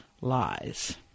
lies